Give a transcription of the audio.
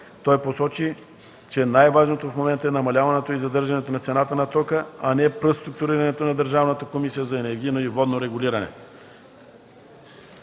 Той посочи, че най-важното в момента е намаляването и задържането на цената на тока, а не преструктурирането на Държавната комисия за енергийно и водно регулиране.